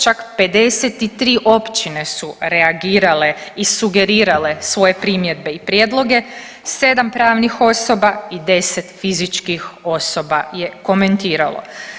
Čak 53 općine su reagirale i sugerirale svoje primjedbe i prijedloge, 7 pravnih osoba i 10 fizičkih osoba je komentiralo.